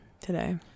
today